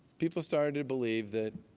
people started to believe that